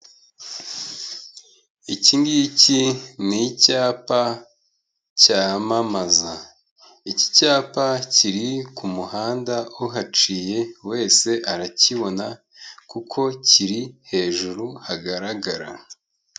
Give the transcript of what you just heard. Iki ngiki ni icyapa cyamamaza. Iki cyapa kiri ku muhanda, uhaciye wese arakibona, kuko kiri hejuru hagaragara.